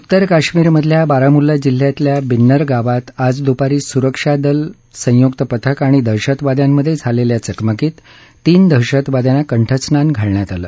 उत्तर काश्मीरमधल्या बारामुल्ला जिल्ह्यातल्या बिन्नर गावात आज दुपारी सुरक्षा दल संयुक्त पथक आणि दहशतवाद्यांमध्ये झालेल्या चकमकीत तीन दहशतवाद्यांना कंठस्नान घालण्यात आलं